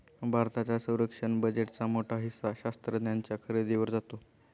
भारताच्या संरक्षण बजेटचा मोठा हिस्सा शस्त्रास्त्रांच्या खरेदीवर जातो